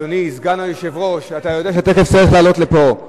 אדוני היושב-ראש, תסביר לו בעברית